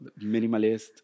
minimalist